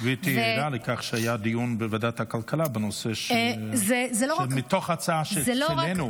גברתי ערה לכך שהיה דיון בוועדת הכלכלה בנושא מתוך ההצעה שהעלינו,